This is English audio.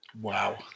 Wow